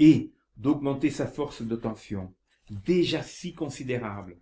et d'augmenter sa force de tension déjà si considérable